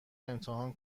امتحان